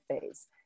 phase